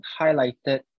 highlighted